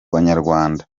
banyarwanda